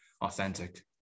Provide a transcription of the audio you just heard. authentic